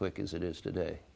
quick as it is today